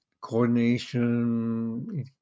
coordination